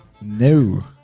No